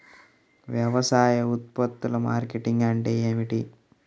వ్యవసాయ ఉత్పత్తుల మార్కెటింగ్ అంటే ఏమిటి?